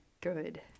good